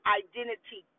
identity